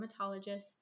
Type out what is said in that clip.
dermatologists